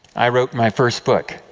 i wrote my first book.